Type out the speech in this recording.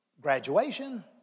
graduation